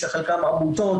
שחלקם עמותות,